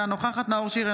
אינה נוכחת נאור שירי,